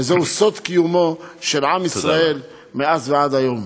וזהו סוד קיומו של עם ישראל מאז ועד היום.